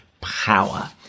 power